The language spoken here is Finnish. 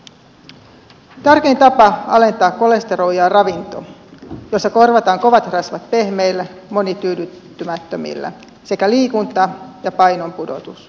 tärkein tapa alentaa kolesterolia on ravinto jolla korvataan kovat rasvat pehmeillä monityydyttymättömillä sekä liikunta ja painonpudotus